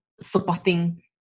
supporting